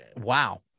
wow